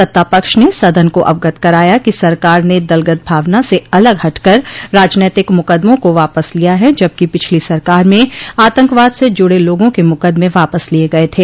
सत्ता पक्ष ने सदन को अवगत कराया कि सरकार ने दलगत भावना से अलग हटकर राजनैतिक मुकदमों को वापस लिया है जबकि पिछली सरकार में आतंकवाद से जुड़े लोगों के मुकदमे वापस लिये गये थे